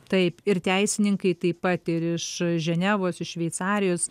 taip ir teisininkai taip pat ir iš ženevos iš šveicarijos